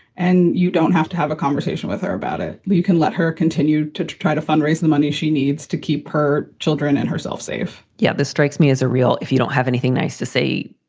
and you don't have to have a conversation with her about it. but you can let her continue to try to fundraise the money she needs to keep her children and herself safe yeah, this strikes me as a real if you don't have anything nice to say,